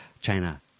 China